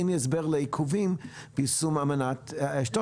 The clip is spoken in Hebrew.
אין לי הסבר לעיכובים ביישום אמנת שטוקהולם.